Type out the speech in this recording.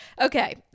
Okay